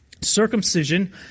Circumcision